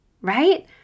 right